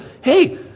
Hey